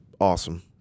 awesome